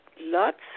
lots